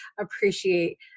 appreciate